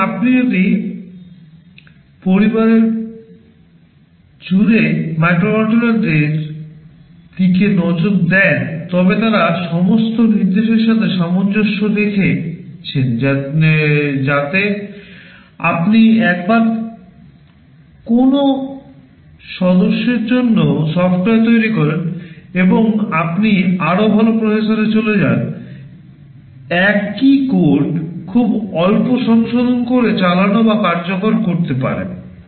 এখন আপনি যদি পরিবারের জুড়ে মাইক্রোকন্ট্রোলারদের দিকে নজর দেন তবে তারা সমস্ত নির্দেশের সাথে সামঞ্জস্য রেখেছেন যাতে আপনি একবার কোনও সদস্যের জন্য সফ্টওয়্যার তৈরি করেন এবং আপনি আরও ভাল প্রসেসরে চলে যান একই কোড খুব অল্প সংশোধন করে চালানো বা কার্যকর করতে পারে